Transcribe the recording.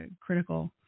critical